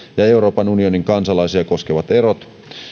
ja euroopan unionin kansalaisia koskevat erot